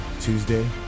tuesday